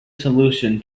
solution